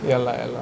ya lah ya lah